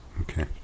okay